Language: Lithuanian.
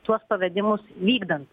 tuos pavedimus vykdant